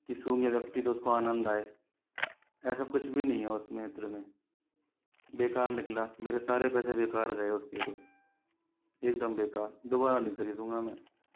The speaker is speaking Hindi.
कि सूंघे व्यक्ति तो उसको आनंद आये ऐसा कुछ भी नहीं है उसमें इत्र में बेकार निकला मेरे सारे पैसे बेकार गये उसके तो एक दम बेकार दोबारा नहीं ख़रीदूँगा मैं